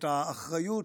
את האחריות,